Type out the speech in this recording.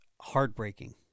heartbreaking